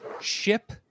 ship